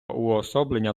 уособлення